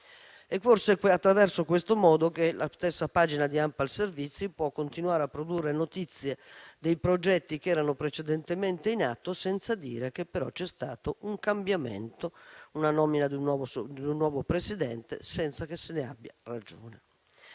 È forse in questo modo che la stessa pagina di ANPAL Servizi può continuare a produrre notizie dei progetti che erano precedentemente in atto senza dire che però c'è stato un cambiamento, la nomina di un nuovo presidente, senza che se ne abbia ragione.